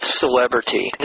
celebrity